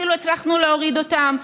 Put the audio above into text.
אפילו הצלחנו להוריד אותם,